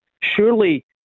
surely